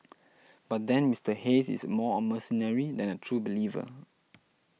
but then Mister Hayes is more a mercenary than a true believer